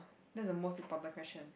that's the most important question